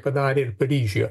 padarė ir paryžiuje